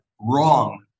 wrong